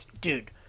dude